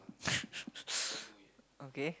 okay